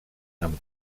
amb